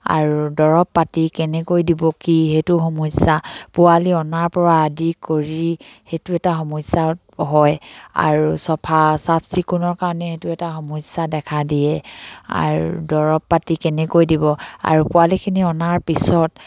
আৰু দৰৱ পাতি কেনেকৈ দিব কি সেইটো সমস্যা পোৱালি অনাৰ পৰা আদি কৰি সেইটো এটা সমস্যা হয় আৰু চফা চাফ চিকুণৰ কাৰণে সেইটো এটা সমস্যা দেখা দিয়ে আৰু দৰৱ পাতি কেনেকৈ দিব আৰু পোৱালিখিনি অনাৰ পিছত